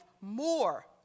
more